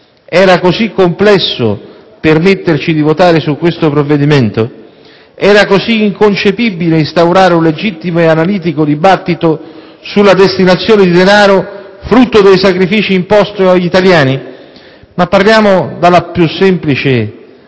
era così complesso permetterci di votare su questo provvedimento? Era così inconcepibile instaurare un legittimo e analitico dibattito sulla destinazione di denaro, frutto dei sacrifici imposti agli italiani? Ma partiamo della più semplice